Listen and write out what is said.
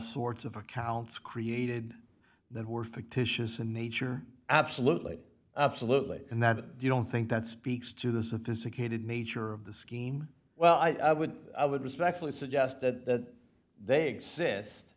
sorts of accounts created that were fictitious in nature absolutely absolutely and that you don't think that speaks to the sophisticated nature of the scheme well i would i would respectfully suggest that they exist